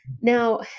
Now